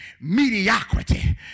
mediocrity